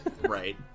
Right